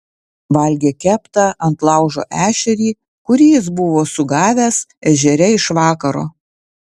valgė keptą ant laužo ešerį kurį jis buvo sugavęs ežere iš vakaro